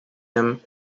him